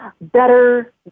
better